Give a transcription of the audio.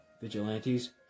vigilantes